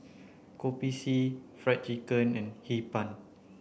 Kopi C fried chicken and Hee Pan